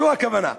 זו הכוונה.